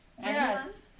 yes